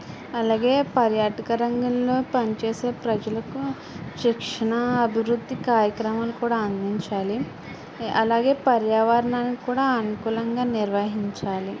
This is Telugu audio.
అలాగే పర్యాటక రంగంలో పనిచేసే ప్రజలకు శిక్షణ అభివృద్ధి కార్యక్రమాలు కూడా అందించాలి అలాగే పర్యావరణానికి కూడా అనుకూలంగా నిర్వహించాలి